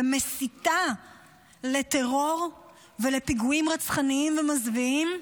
מסיתה לטרור ולפיגועים רצחניים ומזוויעים,